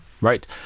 right